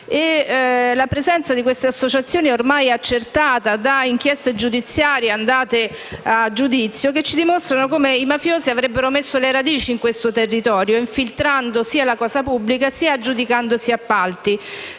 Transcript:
La presenza di queste associazioni è ormai accertata da inchieste giudiziarie andate a giudizio, le quali dimostrano come i mafiosi avrebbero messo le radici in questo territorio sia infiltrandosi nella cosa pubblica, sia aggiudicandosi appalti,